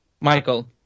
Michael